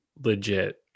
legit